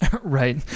right